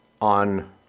on